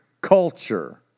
culture